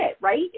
right